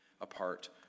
apart